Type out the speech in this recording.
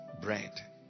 Bread